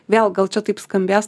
vėl gal čia taip skambės